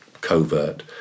covert